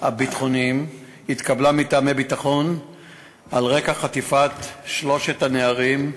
הביטחוניים התקבלה מטעמי ביטחון על רקע חטיפת שלושת הנערים,